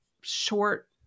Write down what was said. short